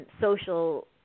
social